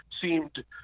seemed